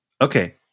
Okay